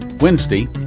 Wednesday